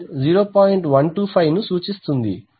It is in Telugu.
125 ను సూచిస్తుంది